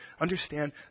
understand